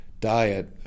diet